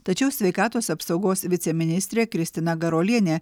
tačiau sveikatos apsaugos viceministrė kristina garuolienė